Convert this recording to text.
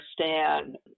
understand